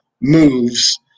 moves